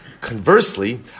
Conversely